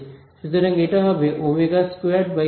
সুতরাং এটা হবে omega squared by C squared back to E